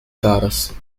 caras